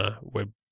web